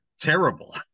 terrible